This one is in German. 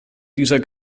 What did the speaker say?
dieser